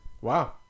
Wow